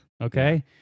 okay